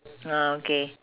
ah okay